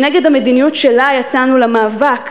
שנגד המדיניות שלה יצאנו למאבק,